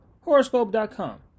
Horoscope.com